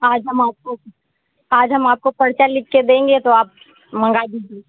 आज हम आपको आज हम आपको पर्चा लिखकर देंगे तो आप मँगा दीजिए